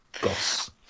Goss